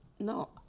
No